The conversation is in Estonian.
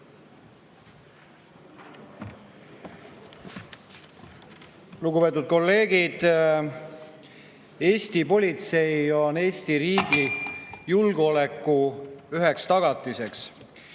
Lugupeetud kolleegid! Eesti politsei on Eesti riigi julgeoleku üheks tagatiseks.